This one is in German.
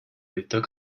liter